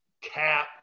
cap